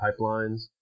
pipelines